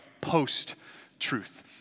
post-truth